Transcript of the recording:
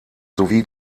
sowie